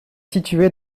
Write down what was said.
situé